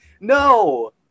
No